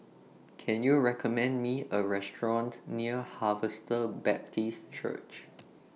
Can YOU recommend Me A Restaurant near Harvester Baptist Church